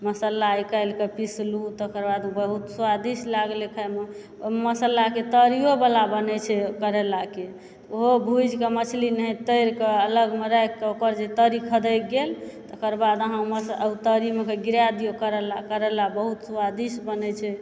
मसल्ला निकालि कऽ पिसलूह तकरबाद बहुत स्वादिष्ट लागले खायमे मसल्ला के तरियो बला बने छै करेलाके ओहो मछली जेकाॅं ओहो भुजि कऽ मछली जेकाँ तरिके अलग मे राखि कऽ ओकर जे तरि बरैक गेल तकरबाद अहाँ ओम्हर सऽ तरि मे गिरा दियौ करैला करैला बहुत स्वादिष्ट बनै छै